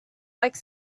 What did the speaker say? like